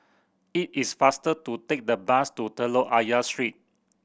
it is faster to take the bus to Telok Ayer Street